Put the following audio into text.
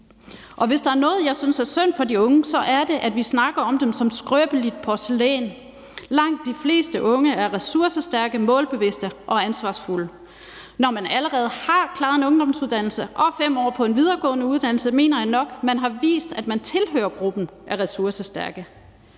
Hvis der er noget, jeg synes er synd for de unge, så er det, at vi snakker om dem som skrøbeligt porcelæn. Langt de fleste unge er ressourcestærke, målbevidste og ansvarsfulde. Når man allerede har klaret en ungdomsuddannelse og 5 år på en videregående uddannelse, mener jeg nok man har vist, at man tilhører gruppen af ressourcestærke.